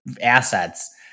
assets